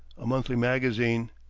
a monthly magazine,